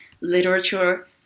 Literature